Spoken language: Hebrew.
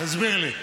תסביר לי.